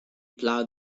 plough